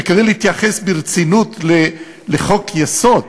וכדי להתייחס ברצינות לחוק-יסוד